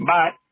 Bye